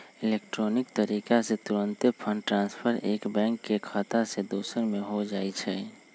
electronic तरीका से तूरंते फंड ट्रांसफर एक बैंक के खता से दोसर में हो जाइ छइ